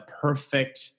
perfect